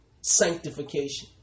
sanctification